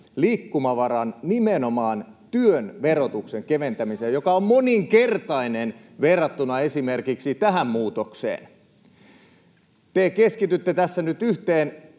liikkumavaran nimenomaan työn verotuksen keventämiseen, [Eveliina Heinäluoman välihuuto] joka on moninkertainen verrattuna esimerkiksi tähän muutokseen. Te keskitytte tässä nyt yhteen